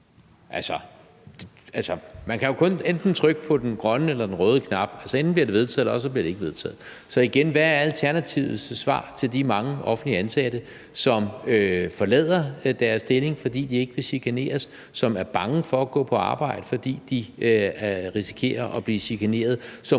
Altså, man kan jo kun trykke på enten den grønne eller den røde knap. Enten bliver det vedtaget, eller også bliver det ikke vedtaget. Så igen vil jeg spørge: Hvad er Alternativets svar til de mange offentligt ansatte, som forlader deres stilling, fordi de ikke vil chikaneres; som er bange for at gå på arbejde, fordi de risikerer at blive chikaneret; og